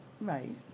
right